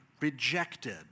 rejected